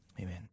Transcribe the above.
Amen